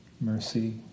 mercy